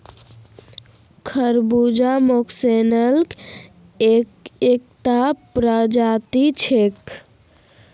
खरबूजा मस्कमेलनेर एकता प्रजाति छिके